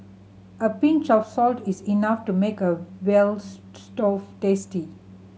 a pinch of salt is enough to make a veal store tasty